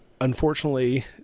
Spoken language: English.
unfortunately